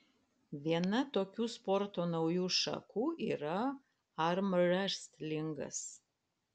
viena tokių sporto naujų šakų yra armrestlingas